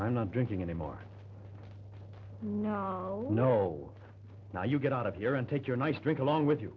i'm not drinking anymore no no now you get out of here and take your nice drink along with you